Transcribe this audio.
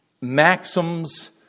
maxims